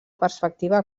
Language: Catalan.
perspectiva